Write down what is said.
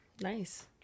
nice